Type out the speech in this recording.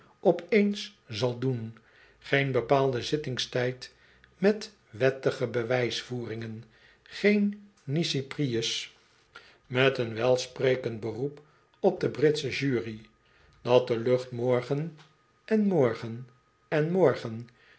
op eens zal doen geen bepaalde zittingstijd met wettige bewijsvoeringen geen nisi prius een reiziger die geen handel drijft met een welsprekend beroep op de britsche jury dat de lucht morgen en morgen en morgen